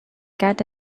cat